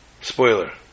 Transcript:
Spoiler